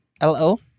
L-O